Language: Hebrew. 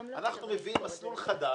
אנחנו מביאים מסלול חדש,